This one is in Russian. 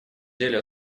деле